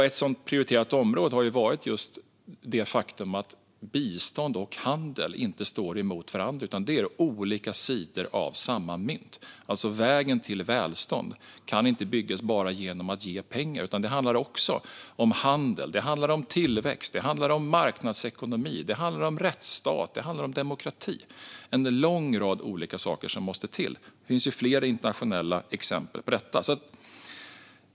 Ett sådant prioriterat område är det faktum att bistånd och handel inte står mot varandra utan är olika sidor av samma mynt. Vägen till välstånd kan alltså inte enbart byggas av pengar, utan det handlar om handel, tillväxt, marknadsekonomi, rättsstat och demokrati - en lång rad olika saker som måste till. Det finns flera internationella exempel på detta.